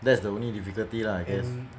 that's the only difficulty lah I guess